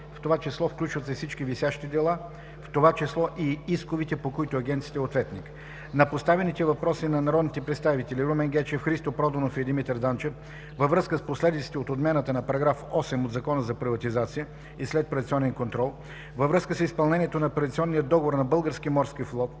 е 144 – включват се всички висящи дела, в това число и исковите, по които Агенцията е ответник. На поставените въпроси от народните представители Румен Гечев, Христо Проданов и Димитър Данчев във връзка с последиците от отмяната на § 8 от Закона за приватизация и следприватизационен контрол, във връзка с изпълнението на приватизационния договор за БМФ и необходимостта